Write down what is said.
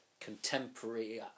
contemporary